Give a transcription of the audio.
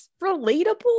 relatable